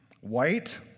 White